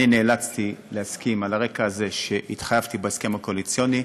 אני נאלצתי להסכים על הרקע שהתחייבתי בהסכם הקואליציוני.